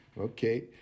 Okay